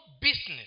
business